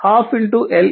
కాబట్టి 12 L 0